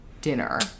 dinner